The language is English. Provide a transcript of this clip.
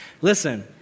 Listen